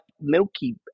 milky